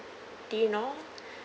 do you know